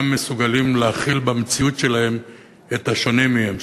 מסוגלים להכיל במציאות שלהם את השונה מהם,